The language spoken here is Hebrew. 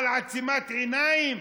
על עצימת עיניים?